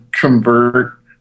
convert